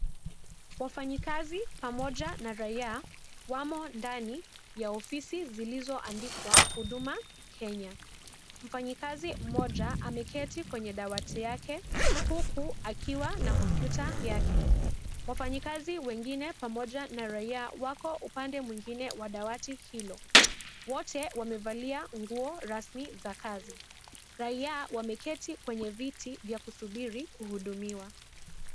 Wafanyikazi pamoja na raia wamo ndani ya ofizi zilizoandikwa Huduma Kenya . Mfanyikazi mmoja ameketi kwenye dawati yake huku akiwa na kompyuta yake. Wafanyikazi wengine pamoja na raia wako upande mwingine wa dawatti hilo . Wote wamevalia nguo rasmi za kazi . Raia wameketi kwenye viti vya kusubiri kuhudumiwa.